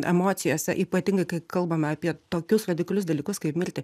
emocijose ypatingai kai kalbame apie tokius radikalius dalykus kaip mirtį